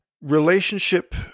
relationship